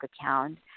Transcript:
account